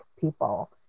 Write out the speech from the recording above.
people